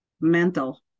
mental